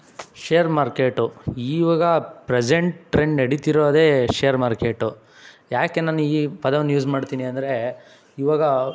share market ಈವಾಗ present trend ನಡೀತಿರೋದೇ share market ಯಾಕೆ ನಾನು ಈ ಪದವನ್ನು ಯೂಸ್ ಮಾಡ್ತೀನಿ ಅಂದರೆ ಇವಾಗ